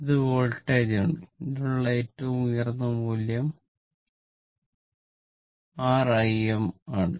ഇത് വോൾട്ടേജാണ് ഇതിനുള്ള ഏറ്റവും ഉയർന്ന മൂല്യം rIm ആണ്